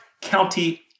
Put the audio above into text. county